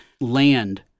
land